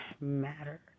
matter